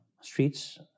streets